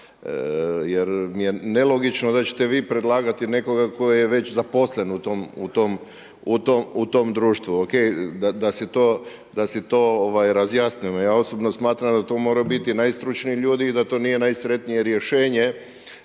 jer je nelogično da ćete vi predlagati nekoga tko je već zaposlen u tom društvu. Ok, da se to razjasnimo, ja osobno smatram da to moraju biti najstručniji ljudi i da to nije najsretnije rješenje